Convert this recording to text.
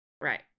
Right